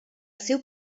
seu